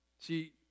See